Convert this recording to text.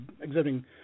exhibiting